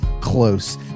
close